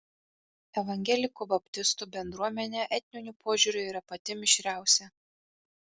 evangelikų baptistų bendruomenė etniniu požiūriu yra pati mišriausia